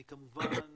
אני כמובן